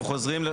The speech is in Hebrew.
אנחנו חוזרים,